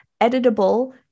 editable